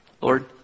Lord